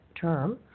term